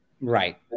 right